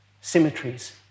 symmetries